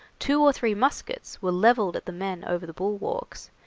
two or three muskets were levelled at the men over the bulwarks,